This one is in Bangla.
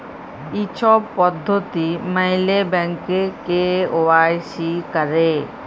ই ছব পদ্ধতি ম্যাইলে ব্যাংকে কে.ওয়াই.সি ক্যরে